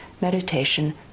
meditation